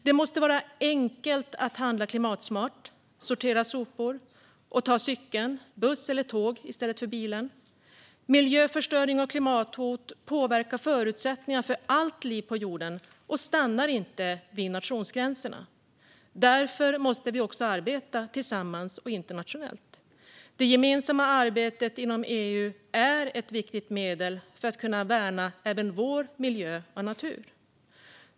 Det måste vara enkelt att handla klimatsmart, sortera sopor och ta cykel, buss eller tåg i stället för bilen. Miljöförstöring och klimathot påverkar förutsättningarna för allt liv på jorden och stannar inte vid nationsgränserna. Därför måste vi också arbeta tillsammans och internationellt. Det gemensamma arbetet inom EU är ett viktigt medel för att kunna värna vår miljö och natur.